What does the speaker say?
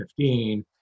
2015